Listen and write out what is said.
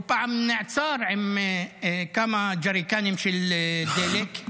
הוא פעם נעצר עם כמה ג'ריקנים של דלק,